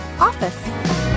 OFFICE